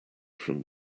from